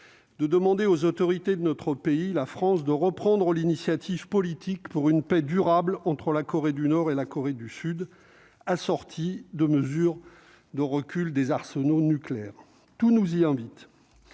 de demander aux autorités de notre pays de prendre des initiatives politiques en vue d'instaurer une paix durable entre la Corée du Nord et la Corée du Sud, assorties de mesures de réduction des arsenaux nucléaires. Tout nous y invite